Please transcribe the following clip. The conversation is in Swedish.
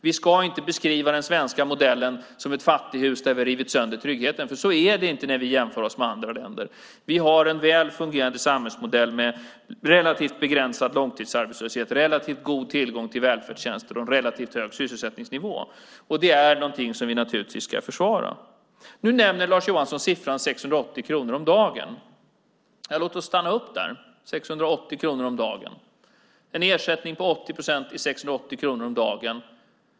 Vi ska inte beskriva den svenska modellen som ett fattighus där vi har rivit sönder tryggheten. Så är det inte när vi jämför oss med andra länder. Vi har en väl fungerande samhällsmodell med relativt begränsad långtidsarbetslöshet, relativt god tillgång till välfärdstjänster och en relativt hög sysselsättningsnivå. Det är någonting som vi naturligtvis ska försvara. Lars Johansson nämner nu siffran 680 kronor om dagen. Låt oss stanna upp där. Det är en ersättning på 80 procent med 680 kronor om dagen.